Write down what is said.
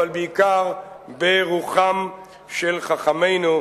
אבל בעיקר ברוחם של חכמינו,